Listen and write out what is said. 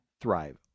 thrive